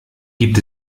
gibt